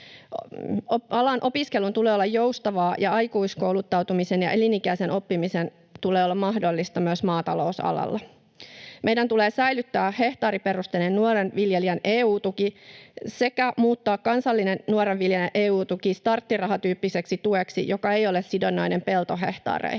Alan opiskelun tulee olla joustavaa, ja aikuiskouluttautumisen ja elinikäisen oppimisen tulee olla mahdollista myös maatalousalalla. Meidän tulee säilyttää hehtaariperusteinen nuoren viljelijän EU-tuki sekä muuttaa kansallinen nuoren viljelijän EU-tuki starttirahatyyppiseksi tueksi, joka ei ole sidonnainen peltohehtaareihin.